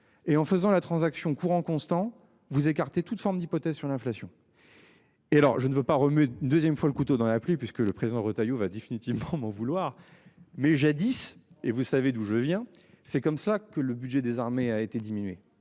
et en faisant la transaction courant constant vous écarter toute forme d'hypothèses sur l'inflation. Et alors je ne veux pas remuer deuxième fois le couteau dans la pluie, puisque le président Retailleau va définitivement m'en vouloir, mais jadis et vous savez d'où je viens, c'est comme ça que le budget des armées a été diminuée.